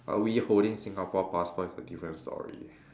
uh we holding Singapore passport is a different story